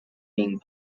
being